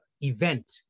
event